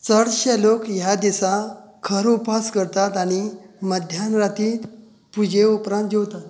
चडशें लोक ह्या दिसा खर उपास करतात आनी मध्यानरातींत पुजे उपरांत जेवतात